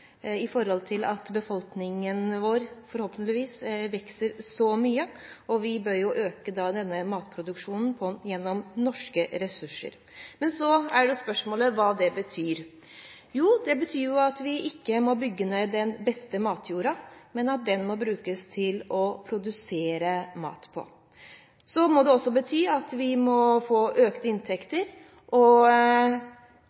at befolkningen, forhåpentligvis, vokser så mye, og vi bør øke matproduksjonen gjennom norske ressurser. Men så er spørsmålet hva det betyr. Det betyr at vi ikke må bygge ned den beste matjorda, men at den må brukes til å produsere mat. Så må det også bety at vi må få økte